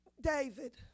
david